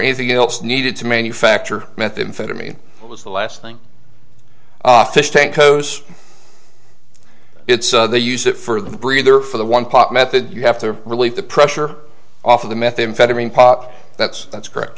anything else needed to manufacture methamphetamine that was the last thing fish tank goes it's they use it for the breather for the one pot method you have to relieve the pressure off of the methamphetamine pop that's that's correct